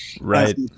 Right